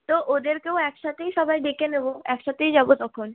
তো ওদেরকেও একসাথেই সবাই ডেকে নেব একসাথেই যাব তখন